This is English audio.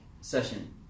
session